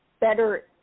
better